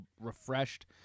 refreshed